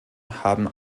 haben